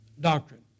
Doctrine